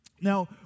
Now